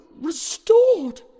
restored